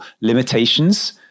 limitations